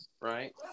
Right